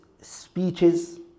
speeches